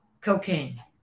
cocaine